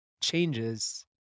changes